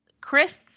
Chris